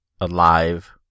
alive